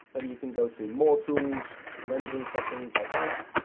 then you can go to more tools, rendering settings, like that.